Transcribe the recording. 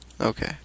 Okay